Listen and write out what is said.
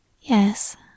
Yes